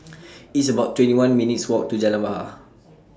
It's about twenty one minutes' Walk to Jalan Bahar